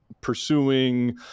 pursuing